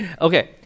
Okay